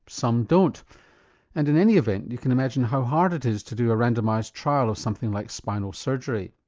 some don't and in any event you can imagine how hard it is to do a randomised trial of something like spinal surgery.